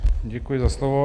Děkuji za slovo.